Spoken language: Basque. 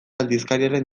aldizkariaren